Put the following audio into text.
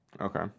Okay